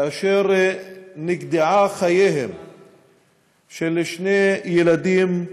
שבו נגדעו חייהם של שני ילדים,